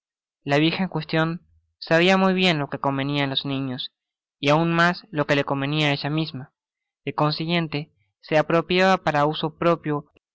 la vieja en cuestion sabia muy bien lo que convenia á los niños y aun mas lo que le convenia á ella misma de consiguiente se apropiaba para su uso propio